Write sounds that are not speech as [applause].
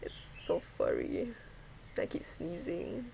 it's so fury [breath] then I keep sneezing [breath]